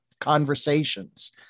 conversations